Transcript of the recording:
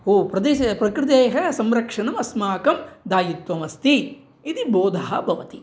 ओ प्रदेशे प्रकृतेः संरक्षणम् अस्माकं दायित्वमस्ति इति बोधः भवति